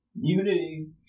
Unity